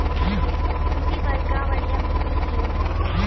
ನಿಧಿ ವರ್ಗಾವಣೆಯ ಮಿತಿ ಏನು?